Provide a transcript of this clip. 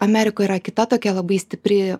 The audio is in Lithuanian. amerikoj yra kita tokia labai stipri